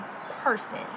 person